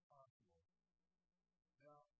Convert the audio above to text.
Now